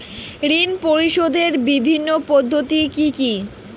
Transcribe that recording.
ঋণ পরিশোধের বিভিন্ন পদ্ধতি কি কি?